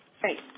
Great